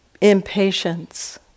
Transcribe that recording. impatience